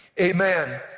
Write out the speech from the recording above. amen